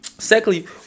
Secondly